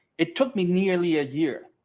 it took me nearly a year.